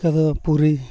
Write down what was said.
ᱚᱱᱠᱟ ᱫᱚ ᱯᱩᱨᱤ